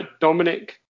Dominic